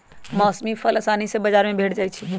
मौसमी फल असानी से बजार में भेंट जाइ छइ